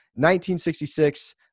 1966